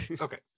Okay